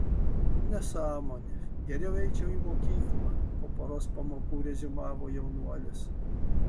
nesąmonė geriau eičiau į mokyklą po poros pamokų reziumavo jaunuolis